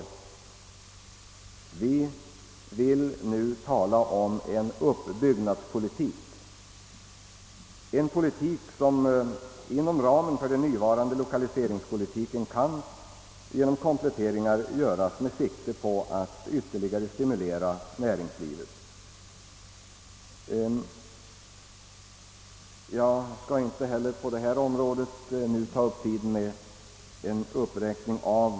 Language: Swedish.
Centerpartiet vill nu tala om en uppbyggnadspolitik, en politik som inom ramen för den nuvarande lokaliseringspolitiken kan kompletteras och föras med sikte på att ytterligare stimulera näringslivet. Jag skall inte heller på detta område nu ta upp tiden med en uppräkning.